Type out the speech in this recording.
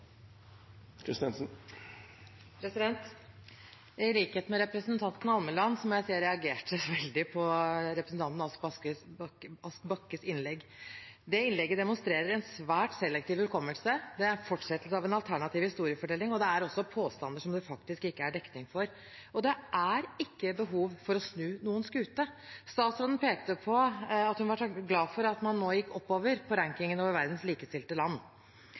for endringar. I likhet med representanten Almeland, som jeg ser reagerte veldig på representanten Ask Bakkes innlegg: Det innlegget demonstrerer en svært selektiv hukommelse. Det er fortsettelsen av en alternativ historiefortelling, og det er også påstander som det faktisk ikke er dekning for. Og det er ikke behov for å snu noen skute. Statsråden pekte på at hun var glad for at man nå gikk oppover på rankingen over verdens likestilte land.